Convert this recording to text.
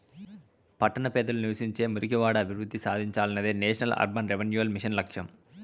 పట్టణ పేదలు నివసించే మురికివాడలు అభివృద్ధి సాధించాలనేదే నేషనల్ అర్బన్ రెన్యువల్ మిషన్ లక్ష్యం